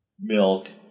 Milk